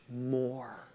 more